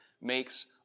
makes